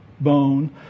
bone